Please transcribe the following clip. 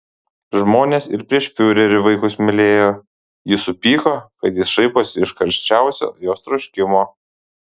žmonės ir prieš fiurerį vaikus mylėjo ji supyko kad jis šaiposi iš karščiausio jos troškimo